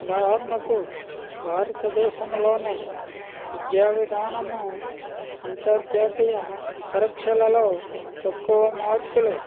ఉదాహరణకు భారత దేశంలోని విద్యా విధానము అంతర్జాతీయ పరీక్షలలో తక్కువ మార్కులు